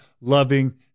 loving